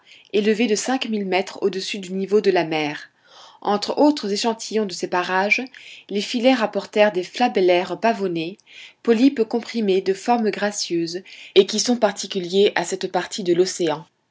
élevé de cinq mille mètres au-dessus du niveau de la mer entre autres échantillons de ces parages les filets rapportèrent des flabellaires pavonées polypes comprimés de forme gracieuse et qui sont particuliers à cette partie de l'océan